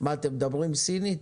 מה אתם מדברים סינית?